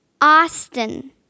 Austin